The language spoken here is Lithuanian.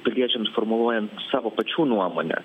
piliečiams formuluojant savo pačių nuomonę